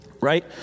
Right